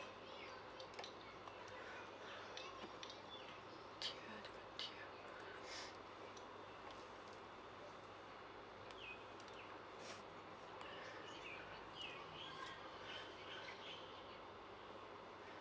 tier two tier one